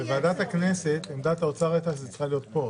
בוועדת הכנסת עמדת האוצר הייתה שזה צריך להיות פה,